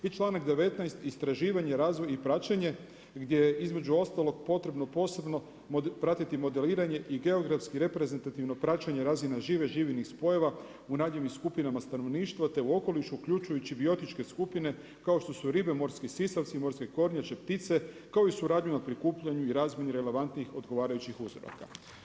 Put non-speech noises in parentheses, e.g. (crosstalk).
I članak 19. istraživanje, razvoj i praćenje gdje je između ostalog potrebno posebno pratiti modeliranje i geografski reprezentativno praćenje razina žive, živinih spojeva u … (unintelligible) skupina stanovništva, te u okoliš uključujući biotičke skupine kao što su ribe, morski sisavci, morske kornjače, ptice kao i suradnju u prikupljanju i razmjeni relevantnih odgovarajućih uzoraka.